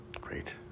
Great